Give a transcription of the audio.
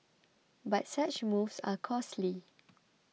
but such moves are costly